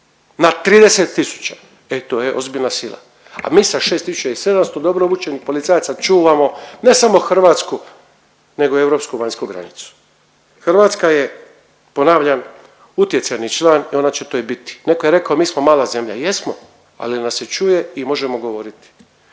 na 30 tisuća. E to je ozbiljna sila. A mi sa 6700 dobro obučenih policajaca čuvamo, ne samo hrvatsku nego i europsku vanjsku granicu. Hrvatska je, ponavljam, utjecajni član i ona će to i biti. Netko je rekao mi smo mala zemlja. Jesmo, ali nas se čuje i možemo govoriti.